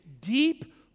deep